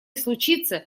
случится